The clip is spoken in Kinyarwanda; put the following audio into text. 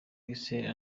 gisele